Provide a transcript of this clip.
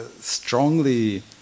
strongly